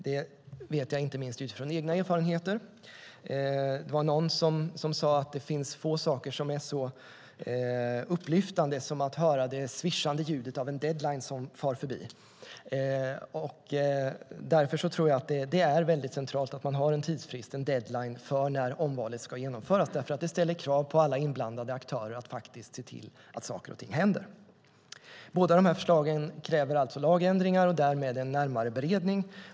Det vet jag inte minst utifrån egna erfarenheter. Det var någon som sade att det finns få saker som är så upplyftande som att höra det svischande ljudet av en deadline som far förbi. Jag tror att det är centralt att man har en tidsfrist, en deadline, för när omvalet ska genomföras, för det ställer krav på alla inblandade aktörer att faktiskt se till att saker och ting händer. Båda de här förslagen kräver alltså lagändringar och därmed en närmare beredning.